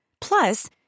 Plus